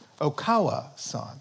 Okawa-san